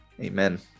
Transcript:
Amen